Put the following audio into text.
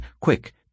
Quick